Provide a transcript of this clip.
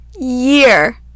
year